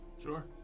Sure